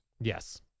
Yes